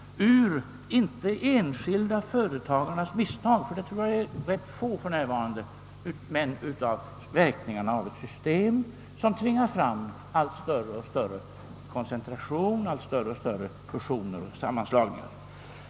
Dessa påfrestningar beror inte på de enskilda företagarnas misstag — dessa tror jag är ganska få för närvarande — utan på verkningarna av ett system, som tvingar fram allt större koncentration av näringslivet och allt fler fusioner och sammanslagningar.